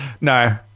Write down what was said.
no